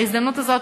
בהזדמנות הזו,